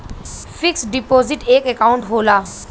fix deposit एक account होला